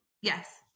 Yes